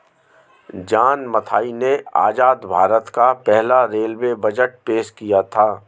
John Mathai ने आजाद भारत का पहला रेलवे बजट पेश किया था